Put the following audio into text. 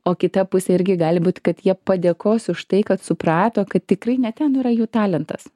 o kita pusė irgi gali būt kad jie padėkos už tai kad suprato kad tikrai ne ten yra jų talentas